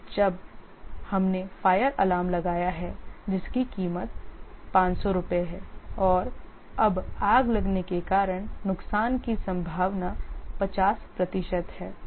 और अब जब हमने फायर अलार्म लगाया है जिसकी कीमत 500 रुपये है और अब आग लगने के कारण नुकसान की संभावना 50 प्रतिशत है